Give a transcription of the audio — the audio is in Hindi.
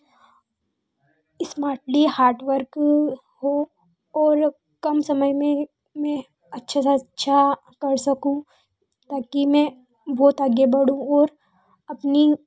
इस्मार्टली हार्ड वर्क हो और कम समय में में अच्छे से अच्छा कर सकूँ ताकि मैं बहुत आगे बढूँ ओर अपनी